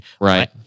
right